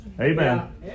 Amen